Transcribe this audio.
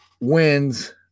wins